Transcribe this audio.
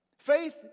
Faith